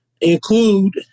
include